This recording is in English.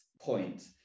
point